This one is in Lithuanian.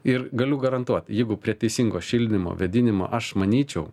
ir galiu garantuot jeigu prie teisingo šildymo vėdinimo aš manyčiau